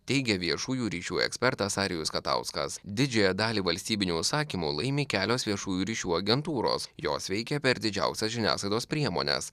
teigė viešųjų ryšių ekspertas arijus katauskas didžiąją dalį valstybinių užsakymų laimi kelios viešųjų ryšių agentūros jos veikia per didžiausias žiniasklaidos priemones